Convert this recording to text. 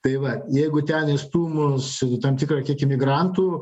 tai va jeigu ten įstūmus tam tikrą kiekį migrantų